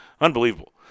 Unbelievable